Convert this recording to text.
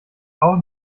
auch